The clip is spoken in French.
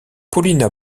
paulina